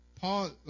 Paul